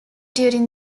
during